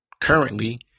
currently